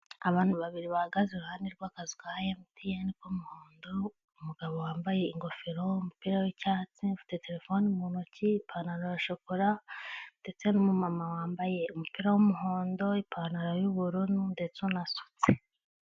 Abantu babiri bahagaze iruhande rw'akazu ka emutiyeni k'umuhondo, umugabo wambaye ingofero umupira w'icyatsi ufite terefone mu ntoki ipantaro ya shokora, ndetse n'umu mama wambaye umupira w'umuhondo ipantaro y'ubururu, ndetse unasutse.